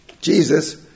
Jesus